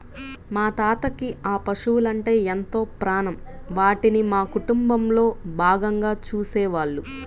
మా తాతకి ఆ పశువలంటే ఎంతో ప్రాణం, వాటిని మా కుటుంబంలో భాగంగా చూసేవాళ్ళు